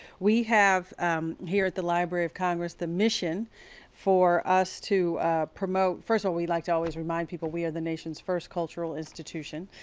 we have here at the library of congress the mission for us to promote, first of all, we like to always remind people we are the nation's first cultural institution,